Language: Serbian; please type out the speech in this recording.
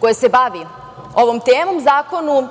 koji se bavi ovom temom, zakonu